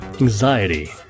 Anxiety